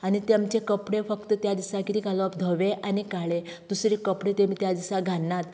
आनी तेंचे कपडे फक्त त्या दिसाक किदें घालप धवे आनी काळे दुसरे कपडे तेमी त्या दिसा घालनात